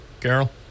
Carol